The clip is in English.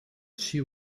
she